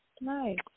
nice